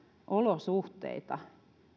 olosuhteita